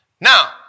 Now